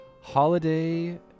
holiday